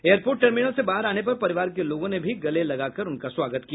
airport terminal से बाहर आने पर परिवार के लोगों ने भी गले लगाकर उनका स्वागत किया